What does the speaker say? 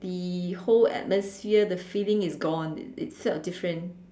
the whole atmosphere the feeling is gone it it felt different